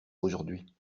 aujourd’hui